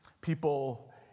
people